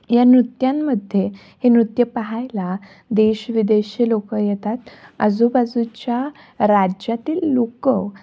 या नृत्यांमध्ये हे नृत्य पाहायला देश विदेशचे लोक येतात आजूबाजूच्या राज्यातील लोक